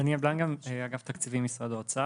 אני דניאל בלנגה, מאגף תקציבים, משרד האוצר.